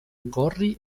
gorri